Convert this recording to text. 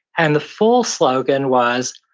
and the full slogan was,